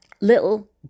Little